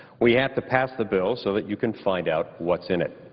we have to pass the bill so that you can find out what's in it.